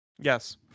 Yes